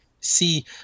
see